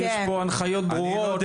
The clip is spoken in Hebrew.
יש פה הנחיות ברורות,